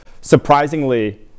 surprisingly